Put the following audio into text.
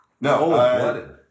No